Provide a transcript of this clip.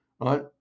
Right